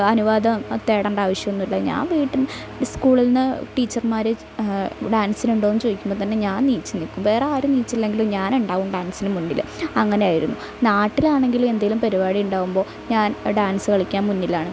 അനുവാദം തേടേണ്ട ആവശ്യമൊന്നും ഇല്ല ഞാൻ വീട്ടില്നിന്ന് സ്കൂളിൽനിന്ന് ടീച്ചർമാര് ഡാൻസിനുണ്ടോ എന്ന് ചോദിക്കുമ്പോള്ത്തന്നെ ഞാൻ നീച്ച് നില്ക്കും വേറെയാര് നീച്ചിലെങ്കിലും ഞാനുണ്ടാവും ഡാൻസിന് മുന്നില് അങ്ങനെയായിരുന്നു നാട്ടിലാണെങ്കിലും എന്തേലും പരിപാടി ഉണ്ടാവുമ്പോള് ഞാൻ ഡാൻസ് കളിക്കാൻ മുന്നിലാണ്